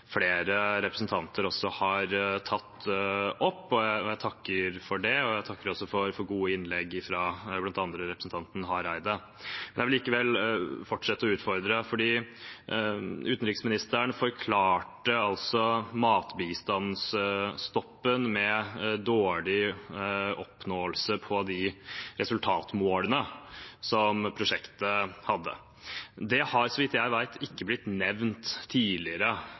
flere representanter også har tatt opp. Jeg takker for det, og jeg takker også for gode innlegg fra bl.a. representanten Hareide. Jeg vil likevel fortsette med å utfordre, fordi utenriksministeren forklarte matbistandsstoppen med dårlig oppnåelse på de resultatmålene prosjektet hadde. At det er årsaken, har så vidt jeg vet, ikke blitt nevnt tidligere,